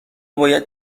باید